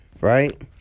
right